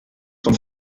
vom